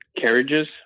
carriages